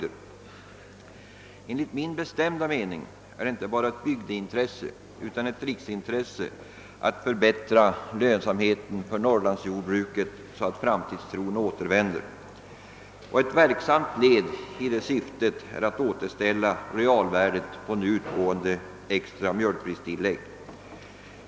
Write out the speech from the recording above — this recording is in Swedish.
Men enligt min bestämda mening är det inte bara ett bygdeintresse utan ett riksintresse att förbättra lönsamheten för norrlandsjordbruket, så att framtidstron återvänder. Ett viktigt led därvidlag är att återställa realvärdet av utgående extra mjölkpristillägg.